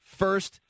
first